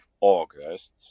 August